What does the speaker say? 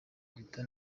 leta